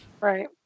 Right